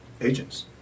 agents